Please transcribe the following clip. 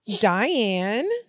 diane